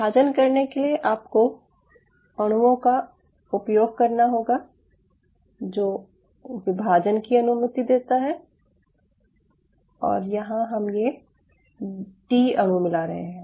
विभाजन करने के लिए आपको अणुओं का उपयोग करना होगा जो विभाजन की अनुमति देता है और यहाँ हम ये डी अणु मिला रहे हैं